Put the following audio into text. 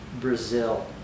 Brazil